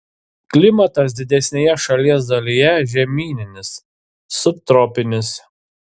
klimatas didesnėje šalies dalyje žemyninis subtropinis